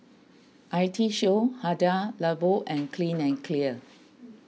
I T Show Hada Labo and Clean and Clear